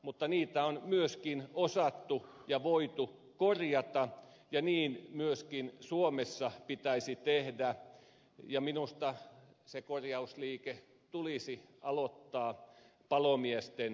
mutta niitä on myöskin osattu ja voitu korjata ja niin myöskin suomessa pitäisi tehdä ja minusta se korjausliike tulisi aloittaa palomiesten kohdalta